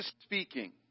speaking